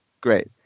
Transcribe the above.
great